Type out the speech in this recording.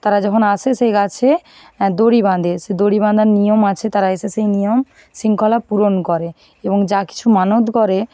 তারা যখন আসে সেই গাছে দড়ি বাঁধে সে দড়ি বাঁধার নিয়ম আছে তারা এসে সেই নিয়ম শৃঙ্খলা পূরণ করে এবং যা কিছু মানত করে